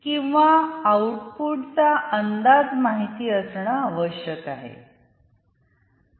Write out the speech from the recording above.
किंवा आउटपुटचा अन्दाज माहिती असण आवश्यक आहे